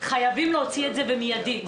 חייבים להוציא את זה במיידית.